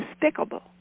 despicable